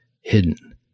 hidden